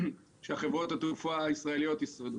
שחברות התעופה הישראליות ישרדו.